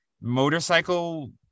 motorcycle